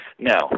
No